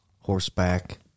horseback